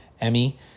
Emmy